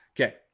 Okay